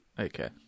Okay